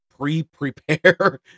pre-prepare